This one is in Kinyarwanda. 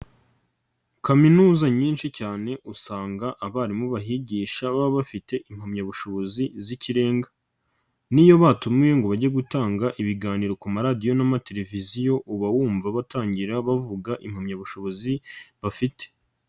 Kaminuza nyinshi cyane usanga abarimu bahigisha baba bafite impamyabushobozi z'ikirenga, niyo batumiwe ngo bajye gutanga ibiganiro ku maradiyo n'amateleviziyo uba wumva batangira bavuga impamyabushobozi bafite.